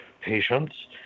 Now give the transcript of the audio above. patients